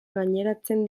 gaineratzen